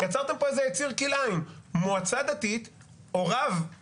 המנויות בסעיף 2 או לפי